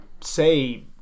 say